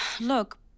Look